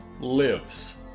lives